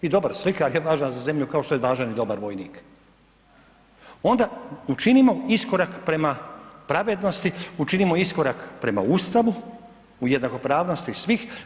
I dobar slikar je važan za zemlju kao što je važan i dobar vojnik onda učinimo iskorak prema pravednosti, učinimo iskorak prema Ustavu u jednakopravnosti svih.